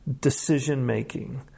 decision-making